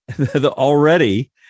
already